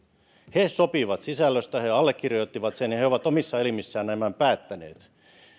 he sopivat sisällöstä ja he allekirjoittivat sen ja he ovat omissa elimissään nämä päättäneet